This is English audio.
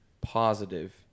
positive